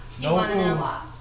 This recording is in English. No